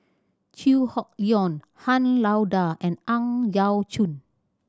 Chew Hock Leong Han Lao Da and Ang Yau Choon